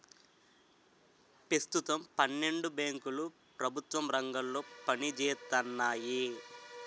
పెస్తుతం పన్నెండు బేంకులు ప్రెభుత్వ రంగంలో పనిజేత్తన్నాయి